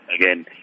again